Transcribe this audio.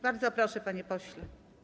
Bardzo proszę, panie pośle.